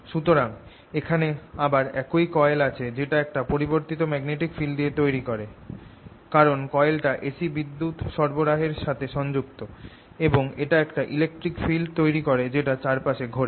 সুতরাং এখানে আবার একই কয়েল আছে যেটা একটা পরিবর্তিত ম্যাগনেটিক ফিল্ড তৈরি করে কারণ কয়েলটা AC বিদ্যুৎ সরবরাহের সাথে সংযুক্ত এবং এটা একটা ইলেকট্রিক ফিল্ড তৈরি করে যেটা চারপাশে ঘোরে